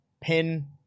pin